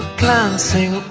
glancing